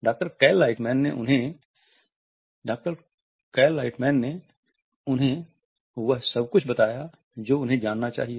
doctor Cal Lightman ने उन्होंने उन्हें वह सब कुछ बताया जो उन्हें जानना चाहिए